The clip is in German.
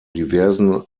diversen